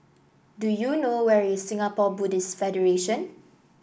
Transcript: do you know where is Singapore Buddhist Federation